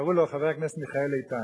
קראו לו חבר הכנסת מיכאל איתן,